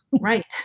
Right